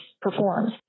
performs